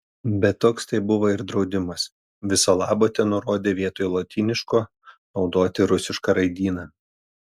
bet toks tai buvo ir draudimas viso labo tenurodė vietoj lotyniško naudoti rusišką raidyną